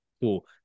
cool